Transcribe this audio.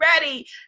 ready